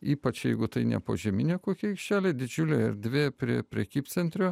ypač jeigu tai ne požeminė kokia aikštelė didžiulė erdvė prie prekybcentrio